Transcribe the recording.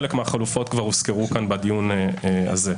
חלק מהחלופות כבר הוזכרו בדיון הזה.